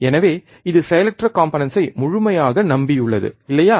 எனவே இது செயலற்ற காம்பனன்ட்ஸ் ஐ முழுமையாக நம்பியுள்ளது இல்லையா